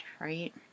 right